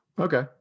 Okay